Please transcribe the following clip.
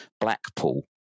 Blackpool